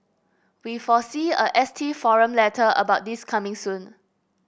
we foresee a ST forum letter about this coming soon